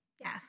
Yes